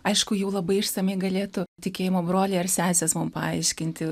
aišku jau labai išsamiai galėtų tikėjimo broliai ar sesės mum paaiškinti